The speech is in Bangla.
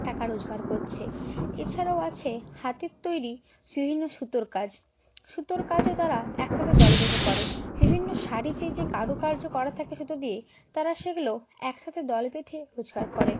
টাকা রোজগার করছে এছাড়াও আছে হাতের তৈরি বিভিন্ন সুতোর কাজ সুতোর কাজও তারা এক হাতে দলে বেঁধে করে বিভিন্ন শড়িতে যে কারুকার্য করা থাকে সুতো দিয়ে তারা সেগুলোও একসাথে দল বেঁধে রোজগার করে